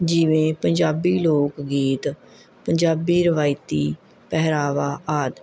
ਜਿਵੇਂ ਪੰਜਾਬੀ ਲੋਕ ਗੀਤ ਪੰਜਾਬੀ ਰਵਾਇਤੀ ਪਹਿਰਾਵਾ ਆਦਿ